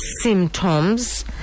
symptoms